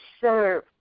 serve